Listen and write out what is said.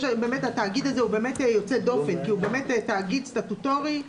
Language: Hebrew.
התאגיד הזה הוא יוצא דופן כי הוא תאגיד סטטוטורי,